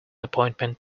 appointment